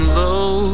low